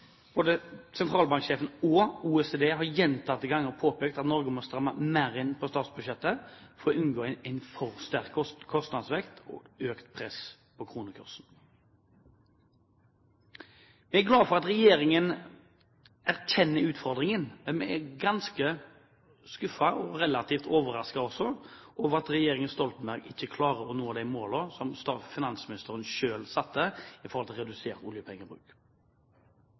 Både sentralbanksjefen og OECD har gjentatte ganger påpekt at Norge må stramme inn på statsbudsjettet for å unngå en for sterk kostnadsvekst og økt press på kronekursen. Vi er glad for at regjeringen erkjenner utfordringen, men vi er ganske skuffet og relativt overrasket også over at regjeringen Stoltenberg ikke klarer å nå de målene som finansministeren selv satte